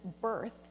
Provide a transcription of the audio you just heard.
birth